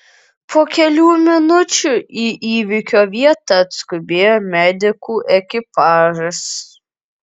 po kelių minučių į įvykio vietą atskubėjo medikų ekipažas